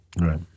Right